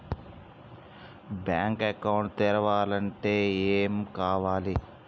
Bank account తెరవాలంటే ఏమేం కావాలి?